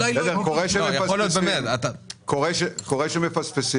קורה שמפספסים.